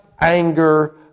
Anger